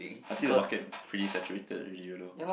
I think about can pretty saturated already you know